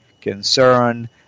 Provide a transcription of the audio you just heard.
concern